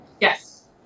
Yes